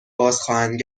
بازخواهند